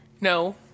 No